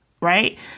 right